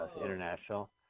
International